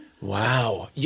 Wow